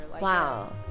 Wow